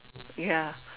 ya